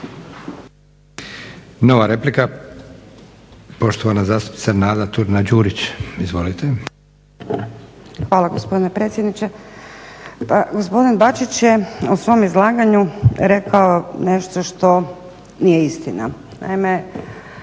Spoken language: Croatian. Hvala gospodine predsjedniče.